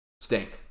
stink